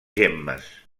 gemmes